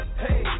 hey